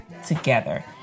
together